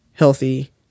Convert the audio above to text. Healthy